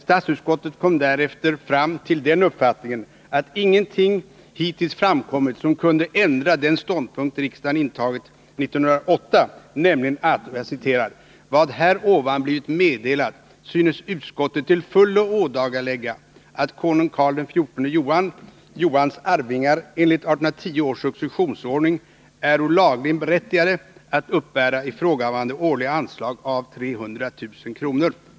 Statsutskottet kom härefter till den uppfattningen, att ingenting hittills framkommit som kunde ändra den ståndpunkt riksdagen 1908 intog, nämligen att ”vad här ovan blivit meddelat synes utskottet till fullo ådagalägga att konung Karl XIV Johans arvingar enligt 1810 års successionsordning äro lagligen berättigade att uppbära ifrågavarande årliga anslag av 300 000 kr.”.